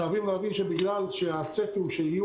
חייבים להבין שבגלל שהצפי הוא שיהיו